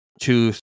two